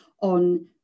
on